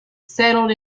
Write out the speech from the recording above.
settled